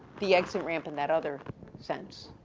the exit ramp in that other sense.